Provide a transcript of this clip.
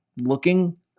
looking